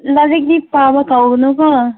ꯂꯥꯏꯔꯤꯛꯇꯤ ꯄꯥꯕ ꯀꯥꯎꯒꯅꯨꯀꯣ